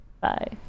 Bye